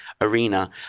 arena